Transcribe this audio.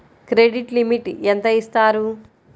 Credit limit ఎంత ఇస్తారు?